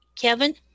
Kevin